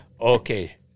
Okay